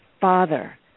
father